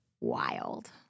Wild